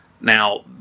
now